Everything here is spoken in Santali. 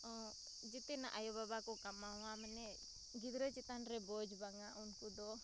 ᱡᱚᱛᱚᱱᱟᱜ ᱟᱭᱳᱼᱵᱟᱵᱟᱠᱚ ᱠᱟᱢᱟᱣᱟ ᱢᱟᱱᱮ ᱜᱤᱫᱽᱨᱟᱹ ᱪᱮᱛᱟᱱᱨᱮ ᱵᱳᱡᱷ ᱵᱟᱝᱟ ᱩᱱᱠᱩᱫᱚ